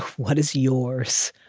what is yours,